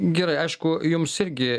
gerai aišku jums irgi